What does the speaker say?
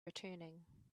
returning